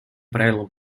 правилам